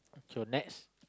so next